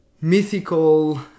mythical